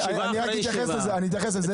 אני אתייחס לזה.